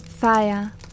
Fire